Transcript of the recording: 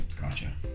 Gotcha